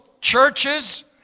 churches